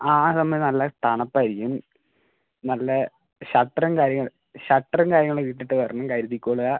ആ ആ സമയം നല്ല തണുപ്പ് ആയിരിക്കും നല്ല ഷട്ടറും കാര്യങ്ങൾ ഷട്ടറും കാര്യങ്ങൾ ഒക്കെ ഇട്ടിട്ട് ഇറങ്ങാം കരുതിക്കോളൂ